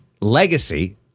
legacy